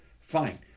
Fine